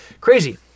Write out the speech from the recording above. Crazy